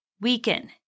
weaken